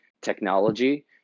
technology